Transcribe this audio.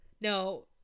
No